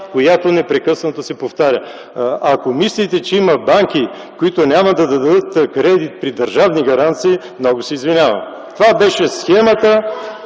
която непрекъснато се повтаря? Ако мислите, че има банки, които няма да дадат кредит при държавни гаранции, много се извинявам. ИВАН Н.